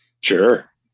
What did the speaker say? Sure